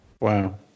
Wow